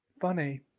funny